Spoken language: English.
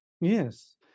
Yes